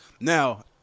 Now